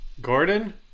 Gordon